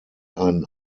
einen